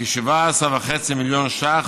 כ-17.5 מיליון ש"ח,